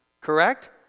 Correct